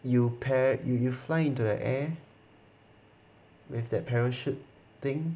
you pair you you fly into the air with that parachute thing